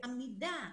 בעמידה.